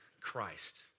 Christ